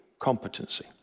Competency